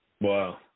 Wow